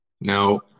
Now